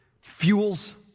Fuels